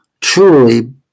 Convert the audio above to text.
truly